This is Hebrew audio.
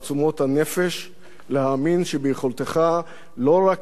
להאמין שביכולתך לא רק להילחם במחלה הארורה,